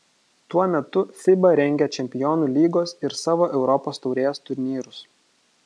tuo metu fiba rengia čempionų lygos ir savo europos taurės turnyrus